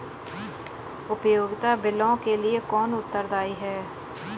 उपयोगिता बिलों के लिए कौन उत्तरदायी है?